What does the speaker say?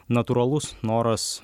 natūralus noras